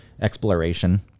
exploration